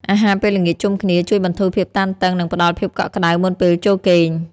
អាហារពេលល្ងាចជុំគ្នាជួយបន្ធូរភាពតានតឹង និងផ្តល់ភាពកក់ក្តៅមុនពេលចូលគេង។